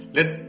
Let